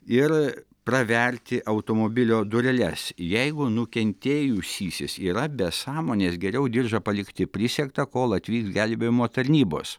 ir praverti automobilio dureles jeigu nukentėjusysis yra be sąmonės geriau diržą palikti prisegtą kol atvyks gelbėjimo tarnybos